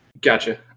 Gotcha